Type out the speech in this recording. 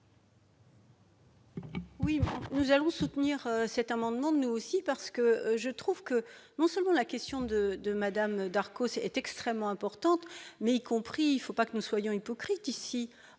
Oui, nous allons soutenir cet amendement, mais aussi parce que je trouve que non seulement la question de de Madame Darcos c'est extrêmement importante, mais y compris, il faut pas que nous soyons hypocrite, ici